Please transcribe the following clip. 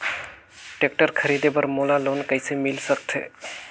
Tractor खरीदे बर मोला लोन कइसे मिल सकथे?